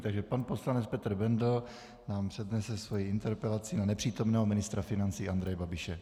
Takže pan poslanec Petr Bendl nám přednese svoji interpelaci na nepřítomného ministra financí Andreje Babiše.